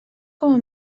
com